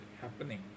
happening